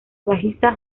bajista